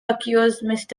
accused